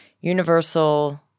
universal